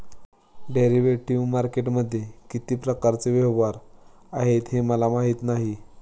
derivative मार्केटमध्ये किती प्रकारचे व्यवहार आहेत हे मला माहीत नाही